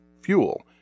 fuel